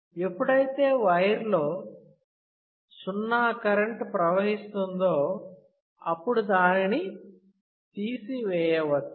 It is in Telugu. ఎప్పుడైతే వైర్ లో 0 కరెంటు ప్రవహిస్తుందో అప్పుడు దానిని తీసివేయవచ్చు